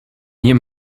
nie